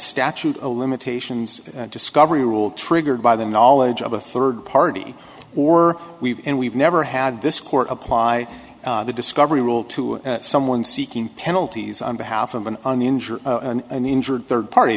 statute of limitations discovery rule triggered by the knowledge of a third party or we and we've never had this court apply the discovery rule to someone seeking penalties on behalf of an uninsured and injured third party